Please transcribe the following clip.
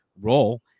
role